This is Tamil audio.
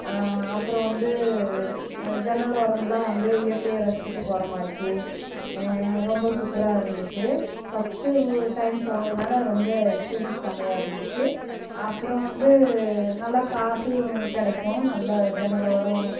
அப்புறம் வந்து ஜன்னல் ஓரம்லாம் வந்து இயற்கையை ரசிச்சிகிட்டு போகிற மாதிரிக்கி ரொம்ப சூப்பராக இருந்துச்சு ஃபர்ஸ்ட்டு டைம் போனதனால ரொம்ப எக்ஸ்பீரியன்ஸ் செம்மையா இருந்துச்சு அப்புறம் வந்து நல்லா காற்றும் கிடைக்கும் நல்லா ஜன்னல் ஓரம்